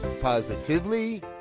positively